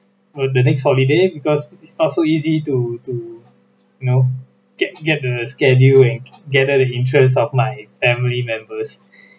uh the next holiday because it's not so easy to to you know get get the schedule and gather the interest of my family members